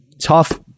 tough